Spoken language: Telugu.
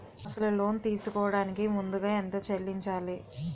అసలు లోన్ తీసుకోడానికి ముందుగా ఎంత చెల్లించాలి?